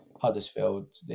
Huddersfield